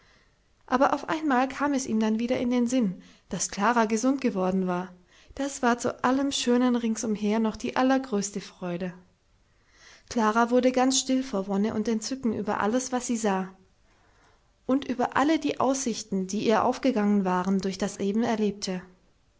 aber auf einmal kam es ihm dann wieder in den sinn daß klara gesund geworden war das war zu allem schönen ringsumher noch die allergrößte freude klara wurde ganz still vor wonne und entzücken über alles was sie sah und über alle die aussichten die ihr aufgegangen waren durch das eben erlebte